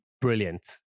brilliant